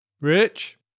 Rich